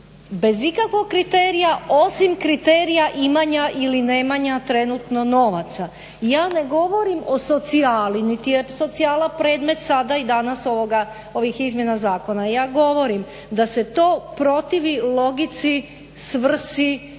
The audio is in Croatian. bez ikakvog kriterija, osim kriterija imanja ili nemanja trenutno novaca. Ja ne govorim o socijali niti je socijala predmet sada i danas ovih izmjena zakona. Ja govorim da se to protivi logici, svrsi i svemu